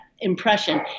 impression